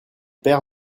père